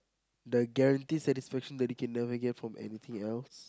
the guaranteed satisfaction that you can never get from anything else